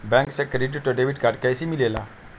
Bank से credit और debit card कैसी मिलेला?